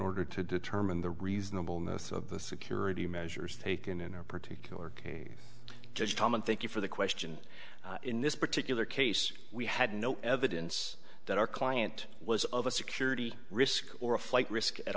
order to determine the reasonable ness of the security measures taken in our particular case just tom and thank you for the question in this particular case we had no evidence that our client was of a security risk or a flight risk at